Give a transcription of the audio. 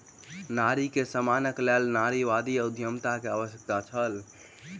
नारी के सम्मानक लेल नारीवादी उद्यमिता के आवश्यकता छल